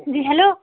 جی hello